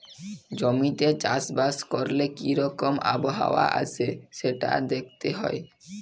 জমিতে চাষ বাস ক্যরলে কি রকম আবহাওয়া আসে সেটা দ্যাখতে হ্যয়